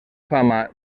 fama